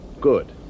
good